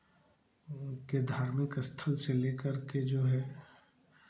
के धार्मिक स्थल से लेकर के जो है